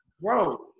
Bro